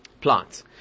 plants